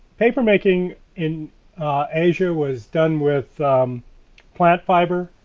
paper making in asia was done with plant fiber,